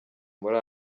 muri